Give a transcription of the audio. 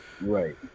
Right